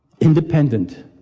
Independent